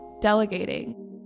delegating